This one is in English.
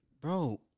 bro